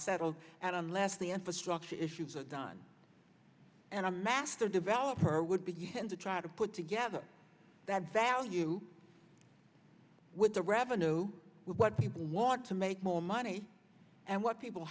settled and unless the infrastructure issues are done and a master developer would begin to try to put together that value with the revenue with what people want to make more money and what people